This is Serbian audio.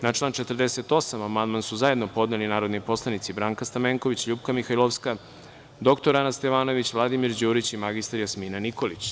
Na član 48. amandman su zajedno podneli narodni poslanici Branka Stamenković, LJupka Mihajlovska, dr Ana Stevanović, Vladimir Đurić, mr Jasmina Nikolić.